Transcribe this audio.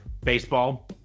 baseball